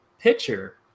pitcher